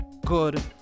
good